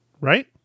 Right